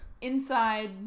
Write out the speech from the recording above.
Inside